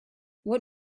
what